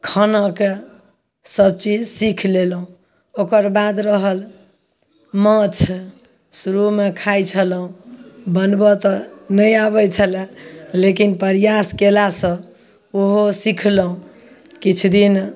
खानाके सब चीज सीख लेलहुँ ओकरबाद रहल माँछ शुरूमे खाइ छलहुँ बनबऽ तऽ नहि आबय छलय लेकिन प्रयास कयलासँ ओहो सिखलहुँ किछु दिन